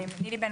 נילי בן